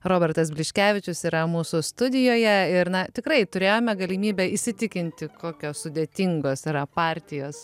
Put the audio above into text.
robertas bliškevičius yra mūsų studijoje ir na tikrai turėjome galimybę įsitikinti kokios sudėtingos yra partijos